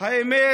האמת